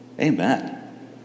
Amen